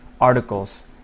articles